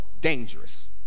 dangerous